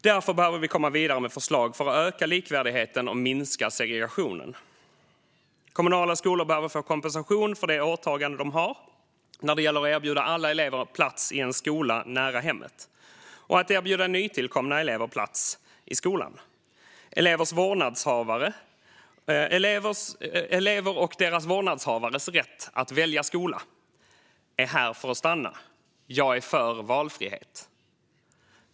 Därför behöver vi komma vidare med förslag för att öka likvärdigheten och minska segregationen. Kommunala skolor behöver få kompensation för det åtagande de har när det gäller att erbjuda alla elever plats i en skola nära hemmet och att erbjuda nytillkomna elever plats i skolan. Elevers och deras vårdnadshavares rätt att välja skola är här för att stanna. Jag är för valfrihet.